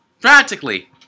Practically